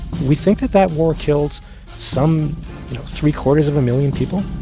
we think that that war killed some three-quarters of a million people